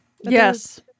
Yes